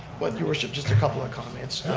well your worship, just a couple of comments.